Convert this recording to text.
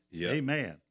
Amen